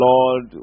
Lord